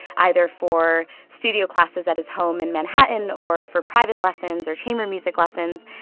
either for studio classes at his home in manhattan or for private lessons or chamber music lessons.